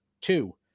two